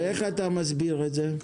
ואיך אתה מסביר את זה?